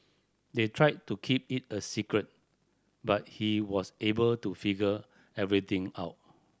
they tried to keep it a secret but he was able to figure everything out